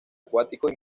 acuáticos